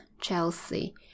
chelsea